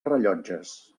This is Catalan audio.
rellotges